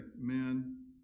men